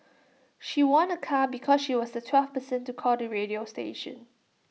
she won A car because she was the twelfth person to call the radio station